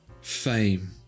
fame